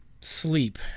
sleep